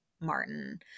Martin